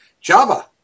Java